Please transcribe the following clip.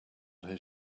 his